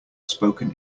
spoken